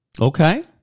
Okay